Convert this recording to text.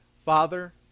Father